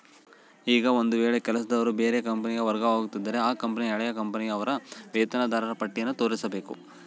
ಈಗ ಒಂದು ವೇಳೆ ಕೆಲಸದವರು ಬೇರೆ ಕಂಪನಿಗೆ ವರ್ಗವಾಗುತ್ತಿದ್ದರೆ ಆ ಕಂಪನಿಗೆ ಹಳೆಯ ಕಂಪನಿಯ ಅವರ ವೇತನದಾರರ ಪಟ್ಟಿಯನ್ನು ತೋರಿಸಬೇಕು